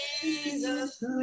Jesus